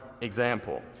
example